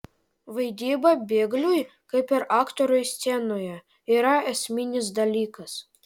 vaidyba bėgliui kaip ir aktoriui scenoje yra esminis dalykas